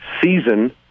season